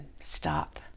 stop